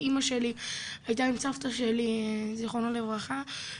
אמא שלי הייתה עם סבתא שלי זכרונה לברכה,